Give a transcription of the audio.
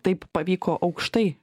taip pavyko aukštai